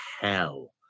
hell